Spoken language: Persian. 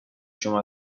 شما